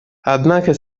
однако